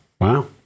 Wow